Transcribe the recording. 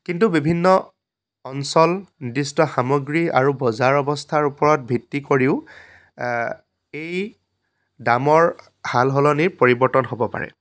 কিন্তু বিভিন্ন অঞ্চল নিৰ্দিষ্ট সামগ্ৰী আৰু বজাৰ অৱস্থাৰ ওপৰত ভিত্তি কৰিও এই দামৰ সালসলনিৰ পৰিৱৰ্তন হ'ব পাৰে